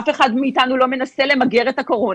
אף אחד מאיתנו לא מנסה למגר את הקורונה.